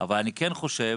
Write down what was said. אבל אני כן חושב